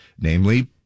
namely